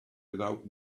without